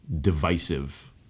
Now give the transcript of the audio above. divisive